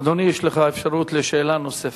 אדוני, יש לך אפשרות לשאלה נוספת.